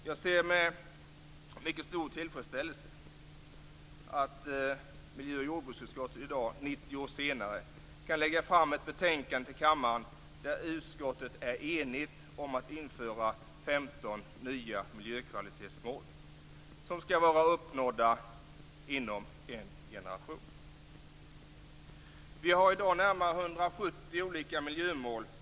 Jag ser med mycket stor tillfredsställelse att miljöoch jordbruksutskottet i dag, 90 år senare, kan lägga fram ett betänkande inför kammaren där utskottet är enigt om att införa 15 nya miljökvalitetsmål som skall vara uppnådda inom en generation. Vi har i dag närmare 170 olika miljömål.